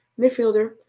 midfielder